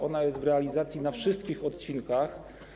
Ona jest w realizacji na wszystkich odcinkach.